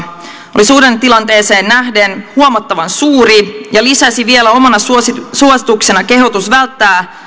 oli suhdannetilanteeseen nähden huomattavan suuri ja lisäsi vielä omana suosituksenaan suosituksenaan kehotuksen välttää